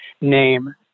name